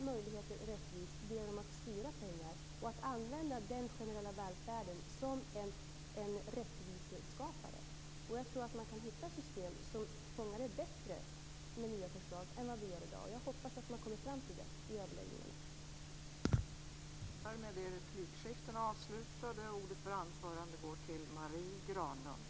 Jag tror att man med nya förslag kan hitta system som fångar det bättre än vad vi gör i dag. Jag hoppas att man kommer fram till det i överläggningarna.